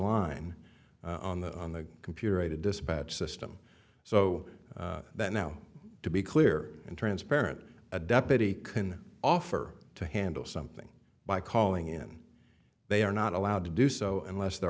line on the on the computer aided dispatch system so that now to be clear and transparent a deputy can offer to handle something by calling in they are not allowed to do so unless they're